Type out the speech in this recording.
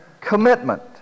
commitment